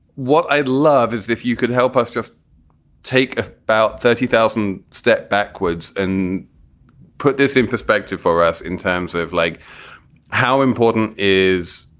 what i love is if you could help us just take about thirty thousand step backwards and put this in perspective for us in terms of like how important is,